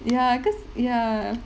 ya because ya